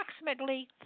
approximately